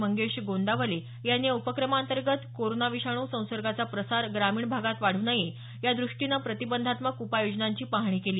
मंगेश गोंदावले यांनी या उपक्रमाअंतर्गत कोरोना विषाणू संसर्गाचा प्रसार ग्रामीण भागात वाढू नये यादृष्टीने प्रतिबंधात्मक उपाय योजनांची पाहणी केली